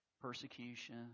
persecution